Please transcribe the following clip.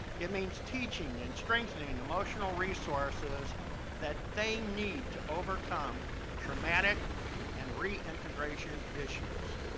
it means teaching and strengthening and emotional resources that they need to overcome traumatic and reintegration issues.